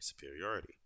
superiority